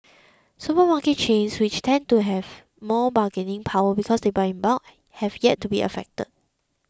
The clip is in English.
supermarket chains which tend to have more bargaining power because they buy in bulk have yet to be affected